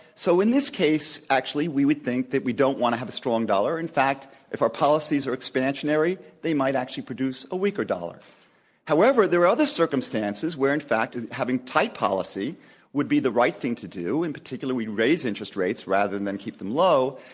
so in this case, actually, we would think that we don't want to have a strong dollar. in fact, if our policies are expansionary, they might actually produce a weaker dollar however, there are other circumstances where, in fact, a strong having tight policy would be the right thing to do. in particular, we raise interest rates rather than keep them low.